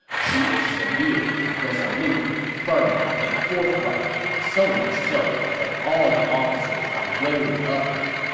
she is severe, resolute, firm, and forthright, so much so that all the officers are wary of her.